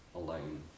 alone